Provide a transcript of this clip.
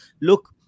look